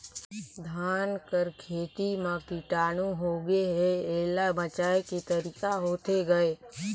धान कर खेती म कीटाणु होगे हे एला बचाय के तरीका होथे गए?